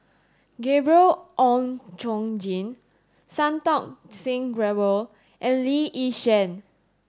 Gabriel Oon Chong Jin Santokh Singh Grewal and Lee Yi Shyan